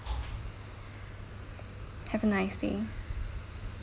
have a nice day